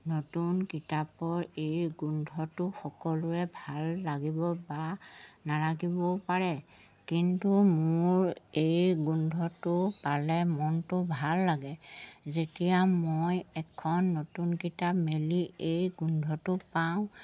নতুন কিতাপৰ এই গোন্ধটো সকলোৱে ভাল লাগিব বা নালাগিবও পাৰে কিন্তু মোৰ এই গোন্ধটো পালে মনটো ভাল লাগে যেতিয়া মই এখন নতুন কিতাপ মেলি এই গোন্ধটো পাওঁ